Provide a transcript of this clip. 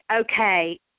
okay